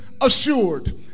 assured